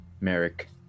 Merrick